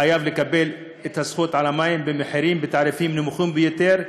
חייב לקבל את הזכות למים במחירים ותעריפים נמוכים ביותר,